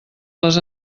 les